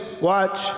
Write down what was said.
watch